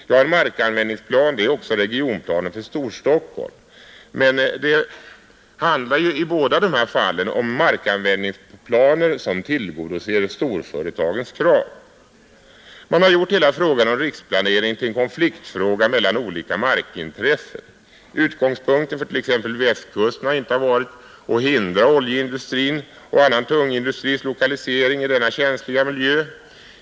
En markanvändningsplan är också regionplanen för Storstockholm, men det handlar i båda de här fallen om markanvändningsplaner som tillgodoser storföretagens krav. Man har gjort hela riksplaneringen till en fråga om konflikten mellan olika markintressen. Utgångspunkten för t.ex. Västkusten har inte varit att hindra oljeindustrins och annan tungindustris lokalisering i denna känsliga miljö.